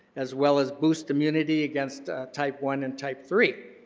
as well as boost immunity against type one and type three.